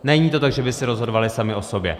Není to tak, že by si rozhodovaly samy o sobě.